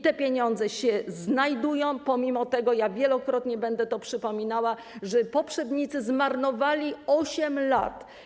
Te pieniądze się znajdują, pomimo że - wielokrotnie będę to przypominała - poprzednicy zmarnowali 8 lat.